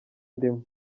ndimo